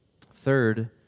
Third